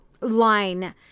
line